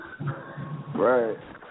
Right